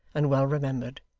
and well remembered.